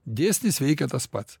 dėsnis veikia tas pat